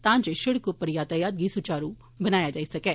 तां जे शिडक उप्पर यातायात गी सूचारु बनाया जाई सकै